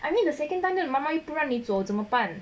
I mean the second time the 妈妈不让你走你真么办